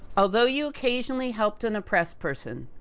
although, you occasionally helped an oppressed person,